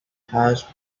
has